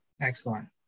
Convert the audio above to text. Excellent